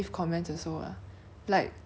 up there to be able to endure